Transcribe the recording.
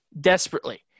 desperately